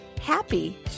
happy